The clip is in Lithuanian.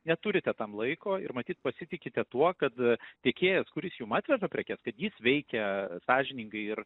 neturite tam laiko ir matyt pasitikite tuo kad tiekėjas kuris jum atveža prekes kad jis veikia sąžiningai ir